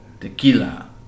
Tequila